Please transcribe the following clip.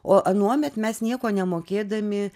o anuomet mes nieko nemokėdami